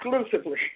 Exclusively